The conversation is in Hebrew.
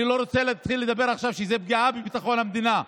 אני לא רוצה להתחיל לדבר על כך שזו פגיעה בביטחון המדינה,